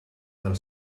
del